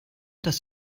dass